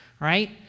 right